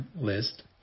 list